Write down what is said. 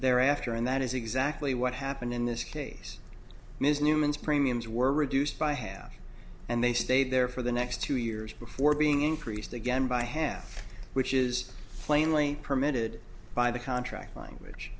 thereafter and that is exactly what happened in this case ms newman's premiums were reduced by half and they stayed there for the next two years before being increased again by half which is plainly permitted by the contract language